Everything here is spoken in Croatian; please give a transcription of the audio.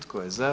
Tko je za?